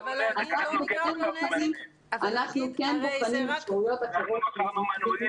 אבל אנחנו מכרנו מינויים